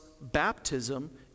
baptism